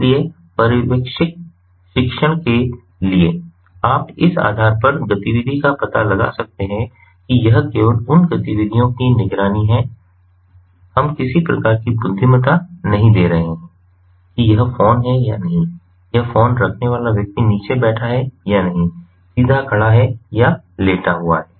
इसलिए पर्यवेक्षित शिक्षण के लिए आप इस आधार पर गतिविधि का पता लगा सकते हैं कि यह केवल उन गतिविधियों की निगरानी है हम किसी प्रकार की बुद्धिमत्ता नहीं दे रहे हैं कि यह फोन है या नहीं यह फोन रखने वाला व्यक्ति नीचे बैठा है या नहीं सीधा खड़ा है या लेटा हुआ है